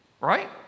Right